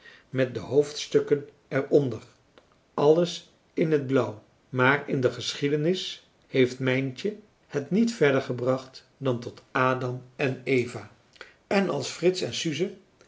met de hoofdstukken er onder alles in het blauw maar in de geschiedenis heeft mijntje het niet verder gebracht dan tot adam en eva en als frits en suze